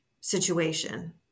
situation